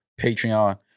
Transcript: Patreon